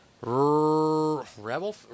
Rebel